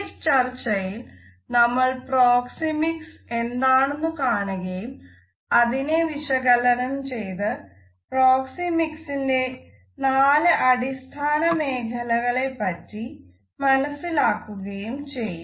ഈ ചർച്ചയിൽ നമ്മൾ പ്രോക്സിമിക്സ് എന്താണെന്നു കാണുകയും അതിനെ വിശകലനം ചെയ്ത് പ്രോക്സിമിക്സ്ന്റെ നാല് അടിസ്ഥാന മേഖലകളെ പറ്റി മനസ്സിലാക്കുകയും ചെയ്യും